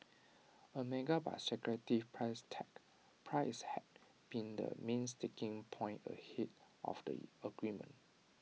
A mega but secretive price tag price had been the main sticking point ahead of the agreement